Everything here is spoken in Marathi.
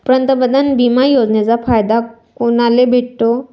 पंतप्रधान बिमा योजनेचा फायदा कुनाले भेटतो?